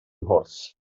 mhwrs